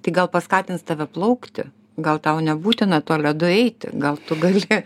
tai gal paskatins tave plaukti gal tau nebūtina tuo ledu eiti gal tu gali